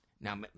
Now